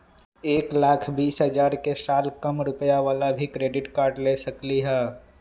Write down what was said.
एक लाख बीस हजार के साल कम रुपयावाला भी क्रेडिट कार्ड ले सकली ह?